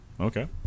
Okay